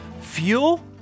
Fuel